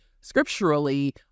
scripturally